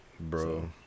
Bro